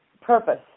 purpose